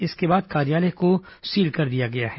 इसके बाद कार्यालय को सील कर दिया गया है